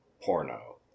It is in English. porno